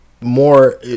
more